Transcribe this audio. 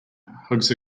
hugs